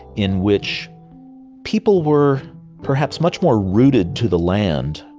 in which people were perhaps much more rooted to the land,